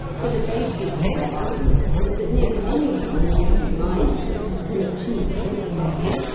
for the basis of their argument is that nearly any one who gives his mind to it can achieve success.